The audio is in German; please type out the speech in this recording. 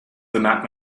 bemerkt